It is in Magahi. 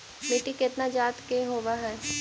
मिट्टी कितना जात के होब हय?